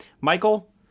Michael